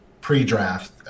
pre-draft